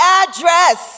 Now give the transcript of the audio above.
address